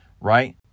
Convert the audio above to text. right